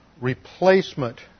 replacement